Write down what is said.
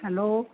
hello